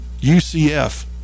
UCF